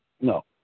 no